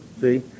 See